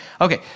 Okay